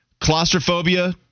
Claustrophobia